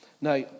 Now